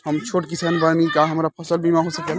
हम छोट किसान बानी का हमरा फसल बीमा हो सकेला?